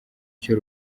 icyo